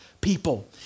people